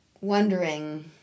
wondering